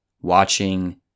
watching